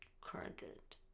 Credit